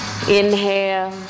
Inhale